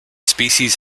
species